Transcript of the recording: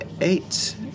eight